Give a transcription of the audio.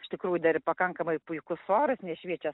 iš tikrųjų dar ir pakankamai puikus oras nes šviečia